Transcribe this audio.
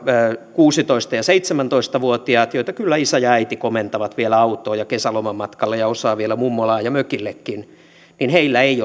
kuusitoista ja seitsemäntoista vuotiailla joita kyllä isä ja äiti komentavat vielä autoon ja kesälomamatkalle ja joista osaa vielä mummolaan ja mökillekin ei